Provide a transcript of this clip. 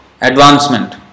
advancement